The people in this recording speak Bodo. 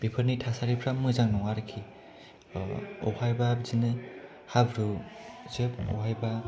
बेफोरनि थासारिफोरा मोजां नङा आरखि ओह बबेहायबा बिदिनो हाब्रुजोब बबेहायबा